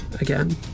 again